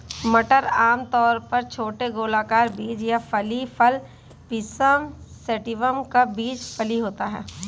मटर आमतौर पर छोटे गोलाकार बीज या फली फल पिसम सैटिवम का बीज फली होता है